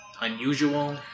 unusual